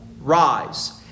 rise